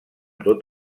tot